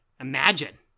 Imagine